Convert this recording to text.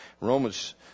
Romans